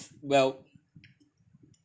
well